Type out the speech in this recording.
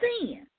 Sin